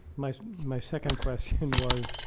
my my second question was,